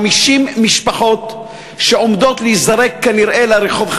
כנראה 50 משפחות שעומדות להיזרק לרחוב,